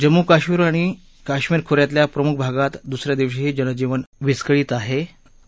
जम्मू कश्मीर आणि काश्मिर खो यातल्या प्रमुख भागात दुस या दिवशीही जनजीवन सुरळीत चालू आहे